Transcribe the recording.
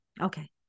Okay